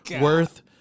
worth